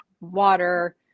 water